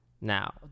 Now